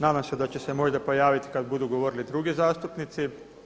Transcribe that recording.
Nadam se da će se možda pojaviti kada budu govorili drugi zastupnici.